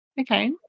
Okay